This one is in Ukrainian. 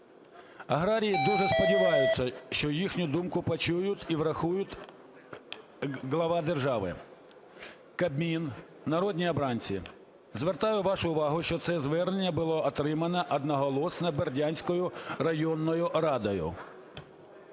Аграрії дуже сподіваються, що їхню думку почують і врахують глава держави, Кабмін, народні обранці. Звертаю вашу увагу, що це звернення було отримано одноголосно Бердянською районною радою.